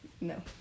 No